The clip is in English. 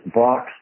box